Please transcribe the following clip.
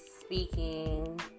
speaking